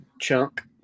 Chunk